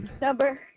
number